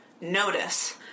notice